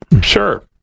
sure